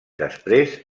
després